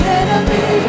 enemy